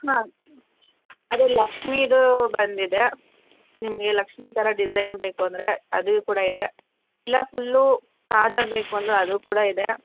ಹಾಂ ಅದು ಲಕ್ಷ್ಮೀದೂ ಬಂದಿದೆ ನಿಮಗೆ ಲಕ್ಷ್ಮೀ ಥರ ಡಿಝೈನ್ ಬೇಕು ಅಂದರೆ ಅದೂ ಕೂಡ ಇದೆ ಇಲ್ಲ ಫುಲ್ಲೂ ಪಾದ ಬೇಕು ಅಂದರೆ ಅದೂ ಕೂಡ ಇದೆ